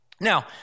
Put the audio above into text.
Now